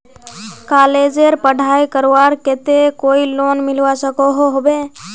कॉलेजेर पढ़ाई करवार केते कोई लोन मिलवा सकोहो होबे?